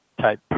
type